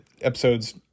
episodes